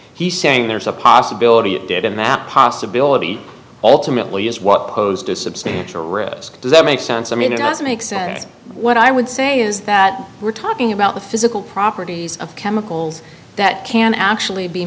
he's saying there's a possibility of data map possibility ultimately is what posed a substantial risk does that make sense i mean it does make sense what i would say is that we're talking about the physical properties of chemicals that can actually be